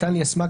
ליישמה,